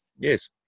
yes